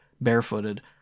barefooted